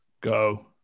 go